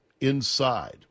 inside